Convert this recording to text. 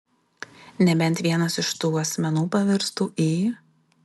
nebent vienas iš tų asmenų pavirstų į